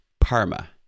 Parma